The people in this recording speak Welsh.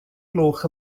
gloch